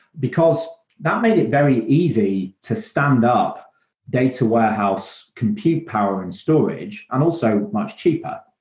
because that made it very easy to stand up data warehouse compute power and storage and also much cheaper.